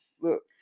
look